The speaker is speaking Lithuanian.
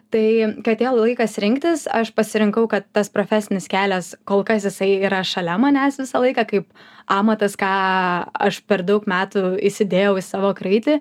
tai kai atėjo laikas rinktis aš pasirinkau kad tas profesinis kelias kol kas jisai yra šalia manęs visą laiką kaip amatas ką aš per daug metų įsidėjau į savo kraitį